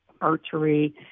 archery